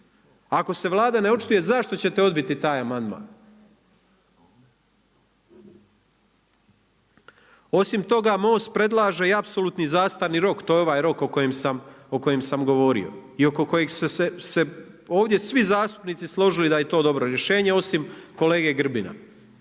Ako se Vlada ne očituje zašto ćete odbiti taj amandman? Osim toga, MOST predlaže i apsolutni zastarni rok to je ova rok o kojem sam govorio i oko kojeg su se ovdje svi zastupnici složili da je to dobro rješenje osim kolege Grbina.